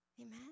amen